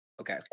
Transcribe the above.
Okay